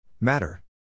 Matter